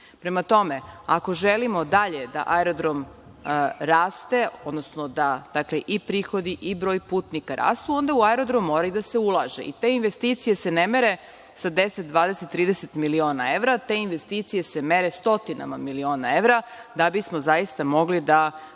rasta. Prema tome, ako želimo dalje da aerodrom raste, odnosno da prihodi i broj putnika rastu, onda u aerodrom mora i da se ulaže. Te investicije se ne mere sa 10, 20, 30 miliona evra. Te investicije se mere sa stotinama miliona evra da bismo zaista mogli da